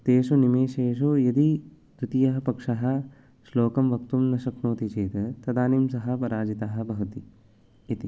तेषु निमेषेषु यदि तृतीयः पक्षः श्लोकं वक्तुं न शक्नोति चेत् तदानीं सः पराजितः भवति इति